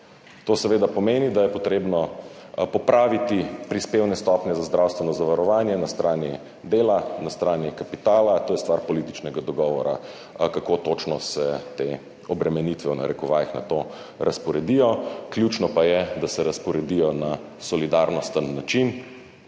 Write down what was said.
To seveda pomeni, da je potrebno popraviti prispevne stopnje za zdravstveno zavarovanje na strani dela, na strani kapitala, to je stvar političnega dogovora, kako točno se te »obremenitve«, v narekovajih, nato razporedijo. Ključno pa je, da se razporedijo na solidarnosten način,